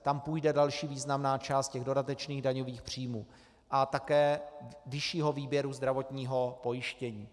Tam půjde další významná část těch dodatečných daňových příjmů a také vyššího výběru zdravotního pojištění.